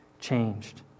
changed